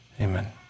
Amen